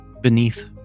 beneath